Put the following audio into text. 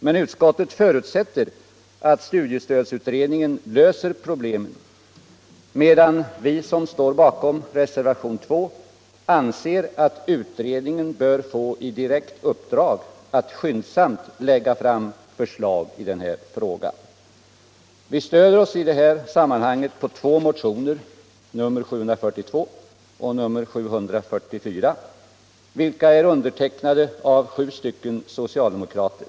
Men utskottet förutsätter att studiestödsutredningen skall lösa problemet, medan vi som står bakom reservationen anser att utredningen bör få i direkt uppdrag att skyndsamt lägga fram förslag i den här frågan. Vi stödjer oss i det sammanhanget på två motioner, nr 742 och nr 744, vilka är undertecknade av sju socialdemokrater.